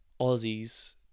Aussies